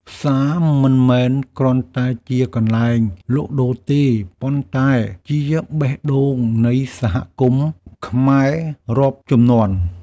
ផ្សារមិនមែនគ្រាន់តែជាកន្លែងលក់ដូរទេ ប៉ុន្តែជាបេះដូងនៃសហគមន៍ខ្មែររាប់ជំនាន់។